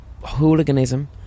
hooliganism